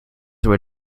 were